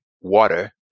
water